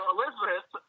Elizabeth